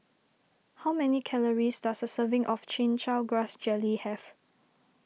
how many calories does a serving of Chin Chow Grass Jelly have